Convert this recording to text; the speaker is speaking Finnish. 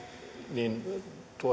niin